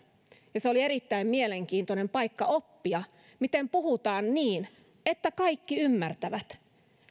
ja se oli erittäin mielenkiintoinen paikka oppia miten puhutaan niin että kaikki ymmärtävät